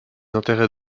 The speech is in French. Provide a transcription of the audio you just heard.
intérêts